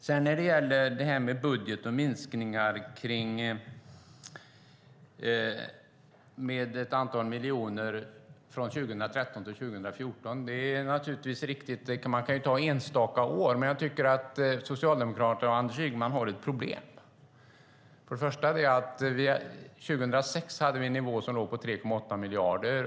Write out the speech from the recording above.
Tar man ett enstaka år är det riktigt att det är en minskning i budgeten med ett antal miljoner från 2013 till 2014. Socialdemokraterna och Anders Ygeman har dock ett problem. År 2006 låg nivån på 3,8 miljarder.